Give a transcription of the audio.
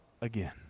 again